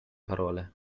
parole